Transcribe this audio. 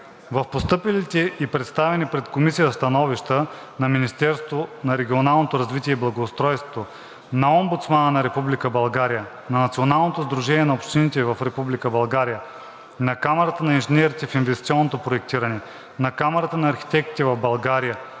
В постъпилите и представени пред Комисията становища на Министерството на регионалното развитие и благоустройството, на Омбудсмана на Република България, на Националното сдружение на общините в Република България, на Камарата на инженерите в инвестиционното проектиране, на Камарата на архитектите в България